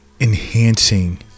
enhancing